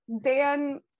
Dan